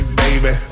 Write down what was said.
baby